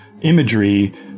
imagery